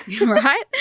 Right